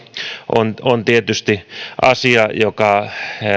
on on tietysti asia joka